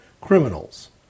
criminals